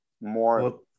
more